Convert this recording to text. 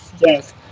yes